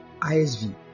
isv